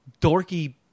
dorky